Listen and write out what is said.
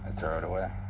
throw it away,